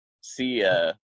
see